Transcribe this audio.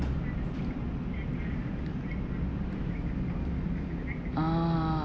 ah